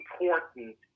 important